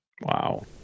Wow